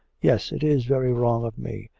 yes, it is very wrong of me,